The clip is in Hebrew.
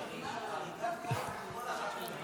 בהחלט מטאפורית.